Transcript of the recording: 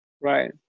Right